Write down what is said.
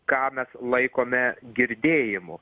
ką mes laikome girdėjimu